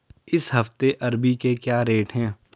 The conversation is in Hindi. इस हफ्ते अरबी के क्या रेट हैं?